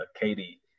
Katie